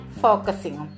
focusing